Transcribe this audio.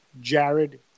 Jared